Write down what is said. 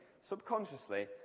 subconsciously